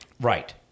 right